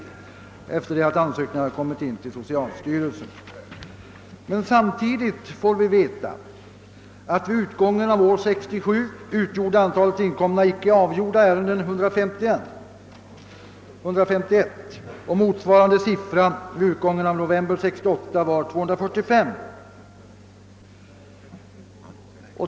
Men samtidigt får vi veta att antalet inkomna icke avgjorda ansökningar vid utgången av år 1967 var 151. Motsvarande siffra vid utgången av november 1968 var 245.